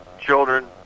children